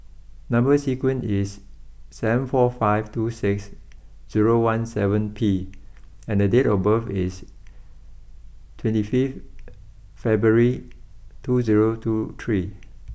number sequence is seven four five two six zero one seven P and date of birth is twenty fifth February two zero two three